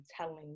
telling